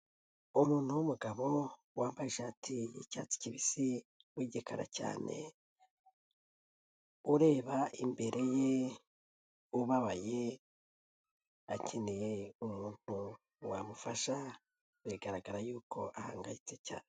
Umuntu w'umugabo, wambaye ishati y'icyatsi kibisi w'igekara cyane, ureba imbere ye ubabaye akeneye umuntu wamufasha, biragaragara yuko ahangayitse cyane.